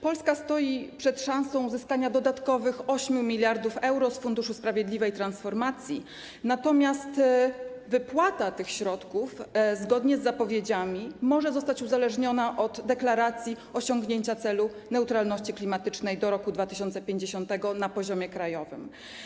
Polska stoi przed szansą uzyskania dodatkowych 8 mld euro z Funduszu Sprawiedliwej Transformacji, natomiast wypłata tych środków, zgodnie z zapowiedziami, może zostać uzależniona od deklaracji osiągnięcia celu neutralności klimatycznej do roku 2050 na poziomie krajowym.